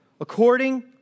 according